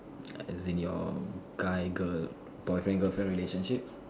as in your guy girl boyfriend girlfriend relationships